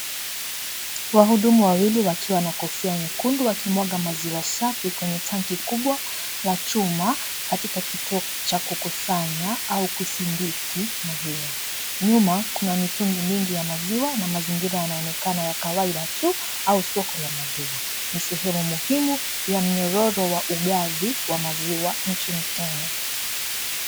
Wahudumu wawili wakiwa na kofia nyekundu wakimwaga maziwa safi kwenye tanki kubwa la chuma katika kituo cha kukusanya au kuzindiki maziwa, nyuma kuna mitungi nyingi ya maziwa na mazingira yanaonekana ya kawaida tu au soko la maziwa, ni sehemu muhimu ya miororo wa ugavi wa maziwa nchini Kenya.